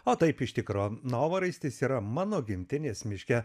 o taip iš tikro novaraistis yra mano gimtinės miške